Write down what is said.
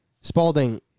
Spalding